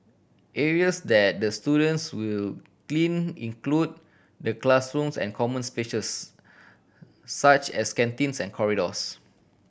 areas that the students will clean include the classrooms and common spaces such as canteens and corridors